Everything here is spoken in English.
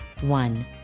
one